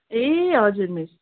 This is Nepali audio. ए हजुर मिस